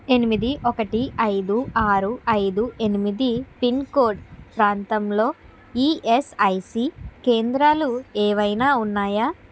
ఎనిమిది ఒకటి ఐదు ఆరు ఐదు ఎనిమిది పిన్ కోడ్ ప్రాంతంలో ఈయస్ఐసి కేంద్రాలు ఏవైనా ఉన్నాయా